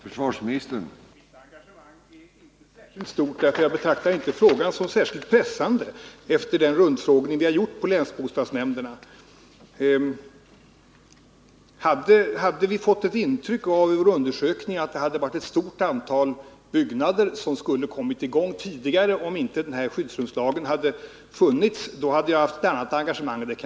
I regeringsförklaringen den 18 oktober 1978 anmälde statsministern regeringens avsikt att ”bedriva en energipolitik som kan få bred uppslutning i riksdagen och bland svenska folket”. En rad undersökningar under lång tid visar att opinionen är starkt splittrad.